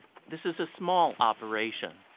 this is a small operation.